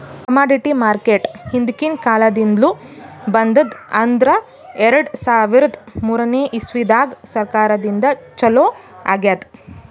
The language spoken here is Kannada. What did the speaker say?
ಕಮಾಡಿಟಿ ಮಾರ್ಕೆಟ್ ಹಿಂದ್ಕಿನ್ ಕಾಲದಿಂದ್ಲು ಬಂದದ್ ಆದ್ರ್ ಎರಡ ಸಾವಿರದ್ ಮೂರನೇ ಇಸ್ವಿದಾಗ್ ಸರ್ಕಾರದಿಂದ ಛಲೋ ಆಗ್ಯಾದ್